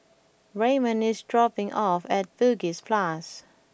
Raymon is dropping me off at Bugis Plus